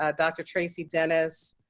um dr. tracy dennis